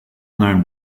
known